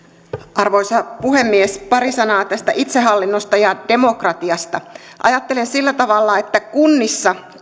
arvoisa puhemies pari sanaa tästä itsehallinnosta ja demokratiasta ajattelen sillä tavalla että kunnissa